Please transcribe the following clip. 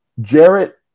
Jarrett